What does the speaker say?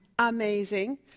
Amazing